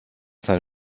saint